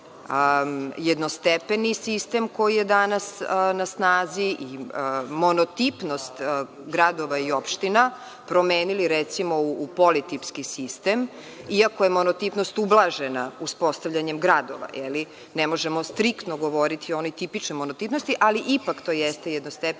jednostepeni sistem koji je danas na snazi i monotipnost gradova i opština promenili, recimo, u politipski sistem. Iako je monotipnost ublažena uspostavljanjem gradova, ne možemo striktno govoriti o onoj tipičnoj monotipnosti, ali ipak to jeste jednostepeni